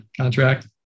contract